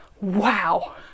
wow